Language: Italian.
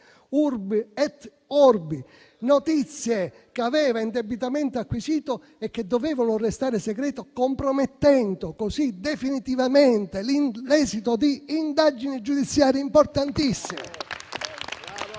notizie che aveva indebitamente acquisito e che dovevano restare segrete, compromettendo così definitivamente l'esito di indagini giudiziarie importantissime.